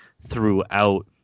throughout